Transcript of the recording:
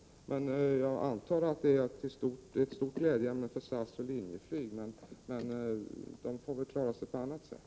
Däremot antar jagaatt det är ett stort glädjeämne för SAS och Linjeflyg, men de får väl klara sig på annat sätt.